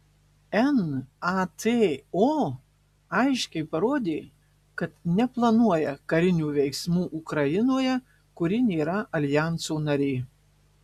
nato aiškiai parodė kad neplanuoja karinių veiksmų ukrainoje kuri nėra aljanso narė